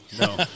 No